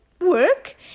work